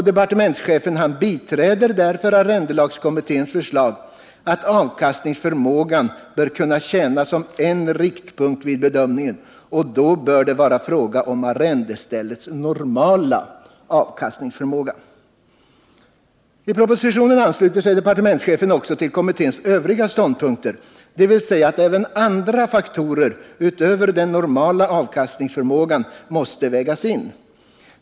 Departementschefen biträder därför arrendelagskommitténs förslag att avkastningsförmågan bör kunna tjäna som en riktpunkt vid bedömningen, och då bör det vara fråga om arrendeställets normala avkastningsförmåga. I propositionen ansluter sig departementschefen också till kommitténs övriga ståndpunkter, dvs. att även andra faktorer utöver den normala avkastningsförmågan måste vägas in.